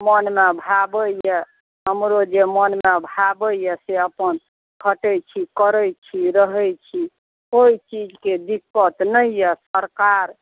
मनमे भावैए हमरो जे मनमे भावैए से अपन खटै छी करै छी रहै छी कोई चीजके दिक्कत नहि अइ सरकार